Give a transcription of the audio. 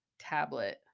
tablet